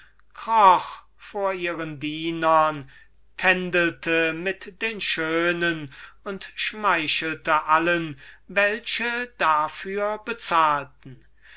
vor ihren dienern tändelte mit den damen und schmeichelte allen welche es bezahlten